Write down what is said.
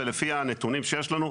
ולפי הנתונים שיש לנו,